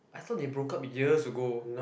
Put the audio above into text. I thought they broke up years ago